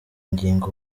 ngingo